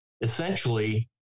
Essentially